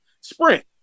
sprint